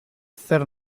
zer